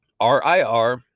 RIR